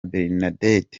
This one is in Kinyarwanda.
bernadette